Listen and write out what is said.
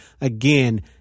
again